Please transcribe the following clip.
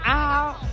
out